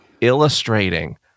illustrating